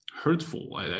hurtful